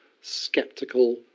skeptical